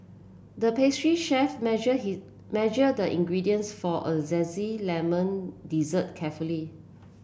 the pastry chef measured measured the ingredients for a zesty lemon dessert carefully